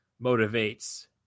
motivates